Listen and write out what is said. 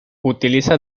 utiliza